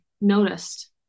noticed